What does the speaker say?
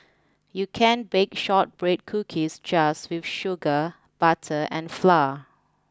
you can bake shortbread cookies just with sugar butter and flour